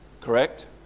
Correct